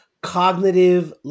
cognitive